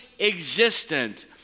existent